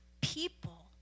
people